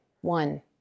one